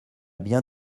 bien